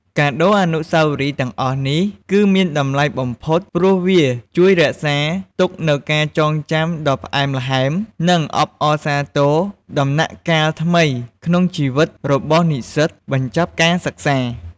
កាដូអនុស្សាវរីយ៍ទាំងអស់នេះ គឺមានតម្លៃបំផុតព្រោះវាជួយរក្សាទុកនូវការចងចាំដ៏ផ្អែមល្ហែម និងអបអរសាទរដំណាក់កាលថ្មីក្នុងជីវិតរបស់និស្សិតបញ្ចប់ការសិក្សា។